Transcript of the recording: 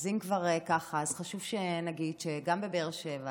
אם כבר ככה, אז חשוב שנגיד שגם בבאר שבע